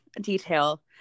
detail